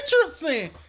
Richardson